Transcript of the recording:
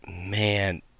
Man